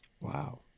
Wow